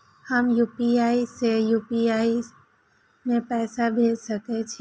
हम यू.पी.आई से यू.पी.आई में पैसा भेज सके छिये?